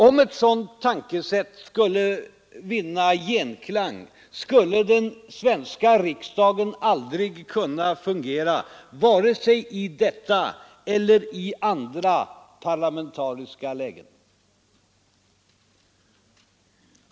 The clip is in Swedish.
Om ett sådant tänkesätt skulle vinna genklang, skulle den svenska riksdagen aldrig kunna fungera vare sig i detta eller i andra parlamentariska lägen.